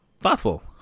thoughtful